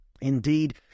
indeed